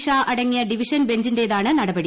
ഷാ അടങ്ങിയ ഡിവിഷൻ ബഞ്ചിന്റേതാണ് നടപടി